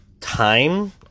time